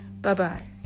Bye-bye